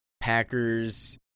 Packers